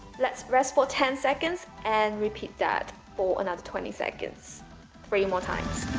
let's rest for ten seconds and repeat that for another twenty seconds three more times